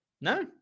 no